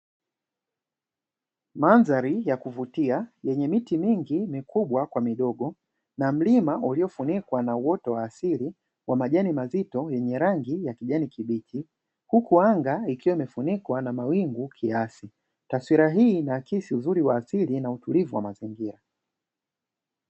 Mandhari ya kuvutia, yenye miti mingi mikubwa kwa midogo, na mlima uliofunikwa na uoto wa asili wa majani mazito yenye rangi ya kijani kibichi, huku anga ikiwa imefunikwa na mawingu kiasi. Taswira hii inaakisi uzuri wa asili na utulivu wa mazingira.